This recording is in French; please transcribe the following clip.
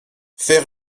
faire